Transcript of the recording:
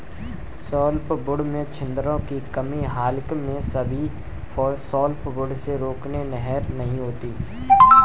softwood में छिद्रों की कमी हालांकि सभी सॉफ्टवुड में राल नहरें नहीं होती है